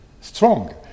strong